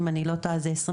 אם אני לא טועה זה 2021,